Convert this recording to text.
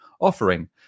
offering